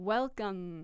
Welcome